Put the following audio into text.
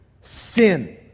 sin